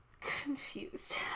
confused